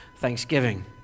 Thanksgiving